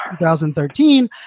2013